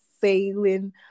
sailing